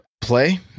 play